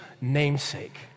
namesake